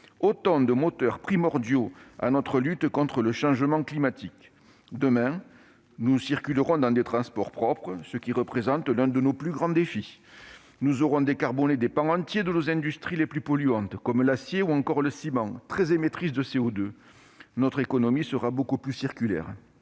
autant de moteurs primordiaux de la lutte contre le changement climatique. Demain, nous circulerons dans des transports propres, ce qui représente l'un de nos plus grands défis. Nous aurons décarboné des pans entiers de nos industries les plus polluantes, comme celles de l'acier ou du ciment, très émettrices de CO2. Notre économie sera beaucoup plus circulaire.